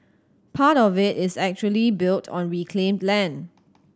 part of it is actually built on reclaimed land